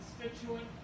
constituent